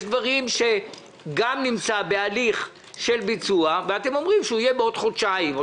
יש דברים שגם נמצאים בהליך של ביצוע ואתם אומרים שהם יהיו בעוד חודשיים.